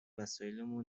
وسایلامو